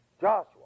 Joshua